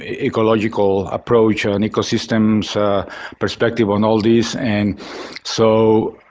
ah ecological approach on ecosystems perspective on all these. and so,